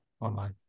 online